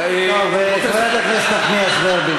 חברת הכנסת נחמיאס ורבין,